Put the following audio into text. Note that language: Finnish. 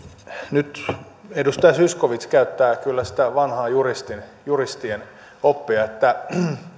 nyt edustaja zyskowicz kyllä käyttää sitä vanhaa juristien juristien oppia että